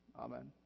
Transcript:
Amen